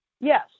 Yes